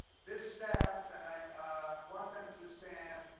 this staff, and i want them to stand,